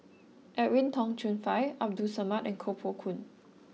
Edwin Tong Chun Fai Abdul Samad and Koh Poh Koon